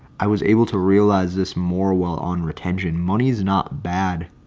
i was able to realize this more well on retention money is not bad.